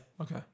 Okay